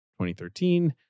2013